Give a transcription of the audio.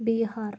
Bihar